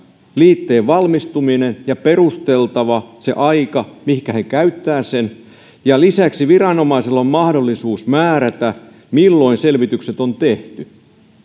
liitteen valmistuminen ja perusteltava se aika mihinkä he käyttävät sen ja lisäksi viranomaisilla on mahdollisuus määrätä milloin selvitykset on